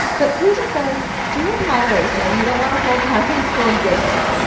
but pooja says do it in moderation. you don't want a whole podcast full of giggles.